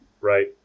right